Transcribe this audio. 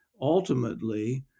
ultimately